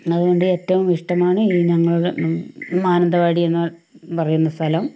അതുകൊണ്ട് ഏറ്റവും ഇഷ്ടമാണ് ഈ ഞങ്ങളുടെ മാനന്തവാടി എന്ന് പറയുന്ന സ്ഥലം